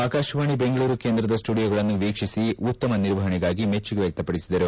ಆಕಾಶವಾಣಿ ಬೆಂಗಳೂರು ಕೇಂದ್ರದ ಸ್ವುಡಿಯೋಗಳನ್ನು ವೀಕ್ಷಿಸಿ ಉತ್ತಮ ನಿರ್ವಹಣೆಗಾಗಿ ಮೆಚ್ಚುಗೆ ವ್ಯಕ್ತಪಡಿಸಿದರು